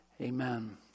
Amen